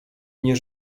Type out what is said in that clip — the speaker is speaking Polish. nie